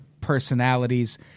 personalities